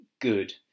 good